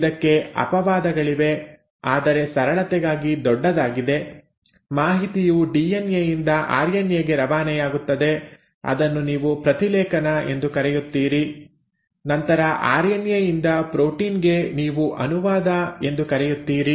ಇದಕ್ಕೆ ಅಪವಾದಗಳಿವೆ ಆದರೆ ಸರಳತೆಗಾಗಿ ದೊಡ್ಡದಾಗಿದೆ ಮಾಹಿತಿಯು ಡಿಎನ್ಎ ಯಿಂದ ಆರ್ಎನ್ಎ ಗೆ ರವಾನೆಯಾಗುತ್ತದೆ ಅದನ್ನು ನೀವು ಪ್ರತಿಲೇಖನ ಎಂದು ಕರೆಯುತ್ತೀರಿ ನಂತರ ಆರ್ಎನ್ಎ ಯಿಂದ ಪ್ರೋಟೀನ್ ಗೆ ನೀವು ಅನುವಾದ ಎಂದು ಕರೆಯುತ್ತೀರಿ